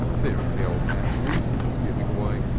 fearing the old man's reason was giving way.